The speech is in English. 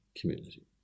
community